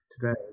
today